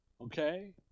Okay